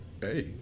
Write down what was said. Hey